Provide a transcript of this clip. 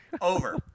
over